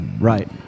right